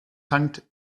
tankt